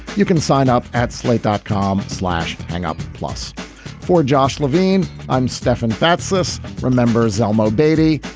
you can sign up at slate dot com, slash hang up. plus for josh levine. i'm stefan fatsis. remember zelma obeidy?